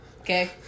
Okay